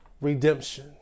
redemption